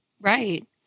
Right